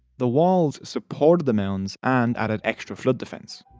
the walls supported the mounds and added extra flood defence.